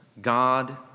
God